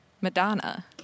Madonna